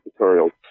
tutorials